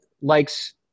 likes